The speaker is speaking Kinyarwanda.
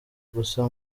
gusa